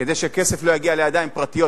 כדי שכסף לא יגיע לידיים פרטיות.